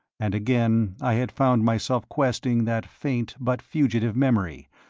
and again i had found myself questing that faint but fugitive memory,